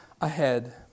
ahead